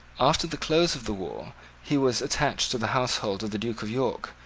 after the close of the war he was attached to the household of the duke of york,